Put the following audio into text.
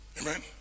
Amen